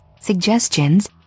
suggestions